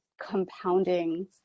compounding